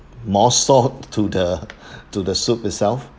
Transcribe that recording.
more salt to the to the soup itself